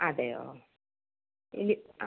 അതെയോ ഇതിൽ ആ